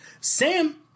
Sam